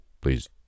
Please